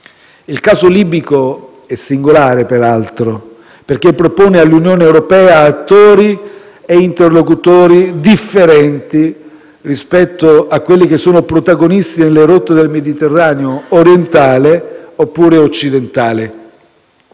Il caso libico è singolare, peraltro, perché propone all'Unione europea attori e interlocutori differenti rispetto ai protagonisti delle rotte del Mediterraneo orientale oppure occidentale.